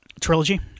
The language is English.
trilogy